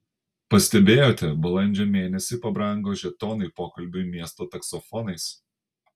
pastebėjote balandžio mėnesį pabrango žetonai pokalbiui miesto taksofonais